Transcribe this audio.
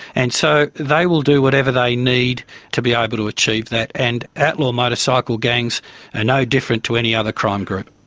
and so they will do whatever they need to be able to achieve that, and outlaw motorcycle gangs are and no different to any other crime group.